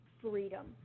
freedom